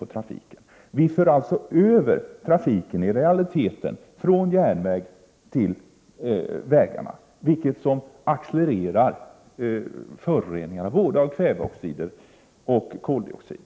Vi för i realiteten över trafik från järnvägen till vägarna, vilket får till följd att föroreningarna accelererar i fråga om kvävedioxider och koldioxid.